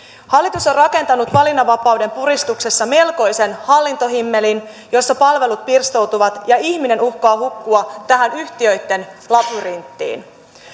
hallitus on rakentanut valinnanvapauden puristuksessa melkoisen hallintohimmelin jossa palvelut pirstoutuvat ja ihminen uhkaa hukkua tähän yhtiöitten labyrinttiin